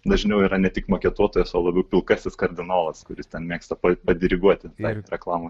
dažniau yra ne tik maketuotojas o labiau pilkasis kardinolas kuris mėgsta padiriguoti darant reklamas